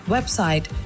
Website